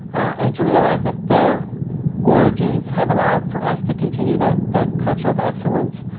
and to realize that their origins have allowed for us to continue that that culture of excellence,